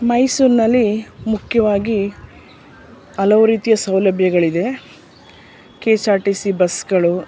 ಮೈಸೂರಿನಲ್ಲಿ ಮುಖ್ಯವಾಗಿ ಹಲವು ರೀತಿಯ ಸೌಲಭ್ಯಗಳಿದೆ K S R T C ಬಸ್ಗಳು